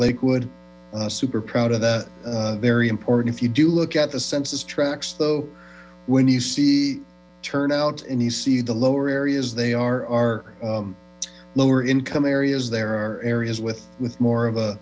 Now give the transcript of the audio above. lakewood super proud of that very important if you do look at the census tracts though when you see turnout and you see the lower areas they are lower income areas there are areas with with more of a